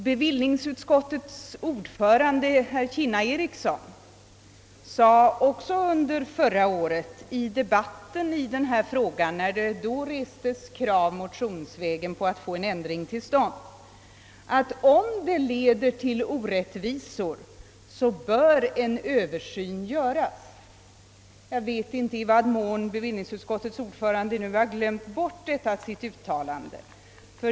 Bevillningsutskottets ordförande, herr Ericsson i Kinna, sade också under förra året i debatten i denna kammare, när det restes krav motionsvägen på att få en ändring till stånd, att om nuvarande system leder till orättvisor bör en översyn göras. Jag vet inte i vad mån bevillningsutskottets ordförande nu har glömt bort detta sitt uttalande.